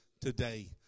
today